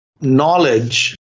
knowledge